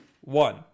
One